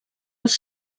els